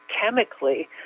chemically